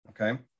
Okay